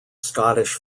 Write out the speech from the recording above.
scottish